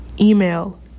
Email